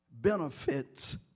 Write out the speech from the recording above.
benefits